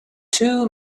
two